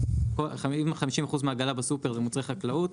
אם 50% מהעגלה בסופר הם מוצרי חקלאות,